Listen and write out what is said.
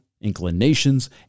inclinations